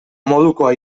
modukoa